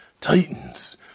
Titans